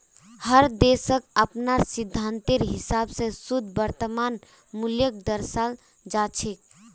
हर देशक अपनार सिद्धान्तेर हिसाब स शुद्ध वर्तमान मूल्यक दर्शाल जा छेक